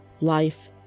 Life